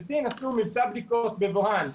בסין עשו מבצע בדיקות בווהאן,